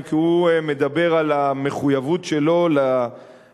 כי הוא מדבר על המחויבות שלו לגיוס,